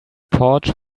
porch